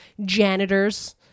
janitors